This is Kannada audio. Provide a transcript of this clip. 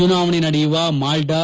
ಚುನಾವಣೆ ನಡೆಯುವ ಮಾಲ್ಲಾ